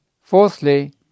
Fourthly